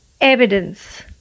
Evidence